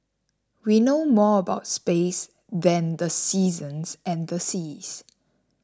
we know more about space than the seasons and the seas